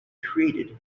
created